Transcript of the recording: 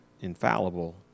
infallible